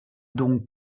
donc